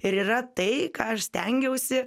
ir yra tai ką aš stengiausi